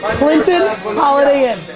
clinton holiday inn.